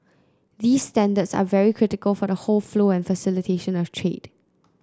these standards are very critical for the whole flow and facilitation of trade